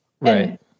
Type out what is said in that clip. Right